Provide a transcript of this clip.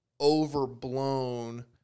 overblown